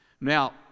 Now